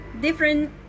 different